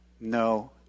No